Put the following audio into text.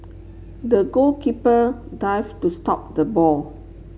the goalkeeper dive to stop the ball